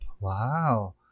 Wow